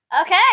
Okay